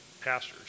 pastors